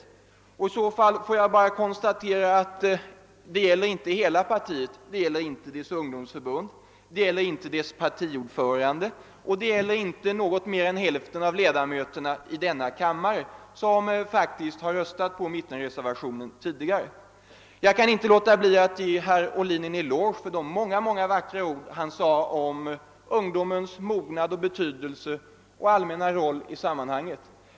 I det här sammanhanget vill jag konstatera att hans uppfattning inte gäller hela partiet; den gäller inte dess ungdomsförbund, den gäller inte dess partiordförande och den gäller inte något mer än hälften av ledamöterna i denna kammare, då dessa faktiskt tidigare har röstat på mittenreservationen. Jag kan inte låta bli att ge herr Ohlin en eloge för de många vackra ord han sade om ungdomens mognad och betydelse och allmänna roll i detta sammanhang.